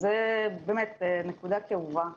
זו באמת נקודה כאובה.